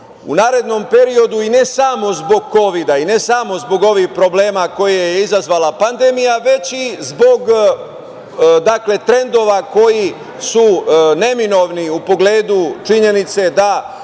u narednom periodu, i ne samo zbog kovida, i ne samo zbog ovih problema koje je izazvala pandemija, već i zbog trendova koji su neminovni u pogledu činjenice da